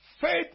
Faith